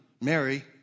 Mary